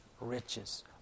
riches